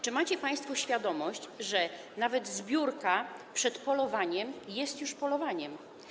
Czy macie państwo świadomość, że nawet zbiórka przed polowaniem jest już polowaniem?